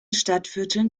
stadtvierteln